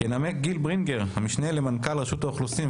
ינמק גיל ברינגר, המשנה למנכ"ל רשות האוכלוסין.